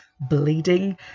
bleeding